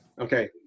Okay